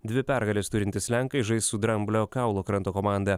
dvi pergales turintys lenkai žais su dramblio kaulo kranto komanda